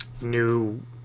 new